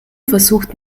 versucht